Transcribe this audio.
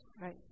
Right